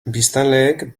biztanleek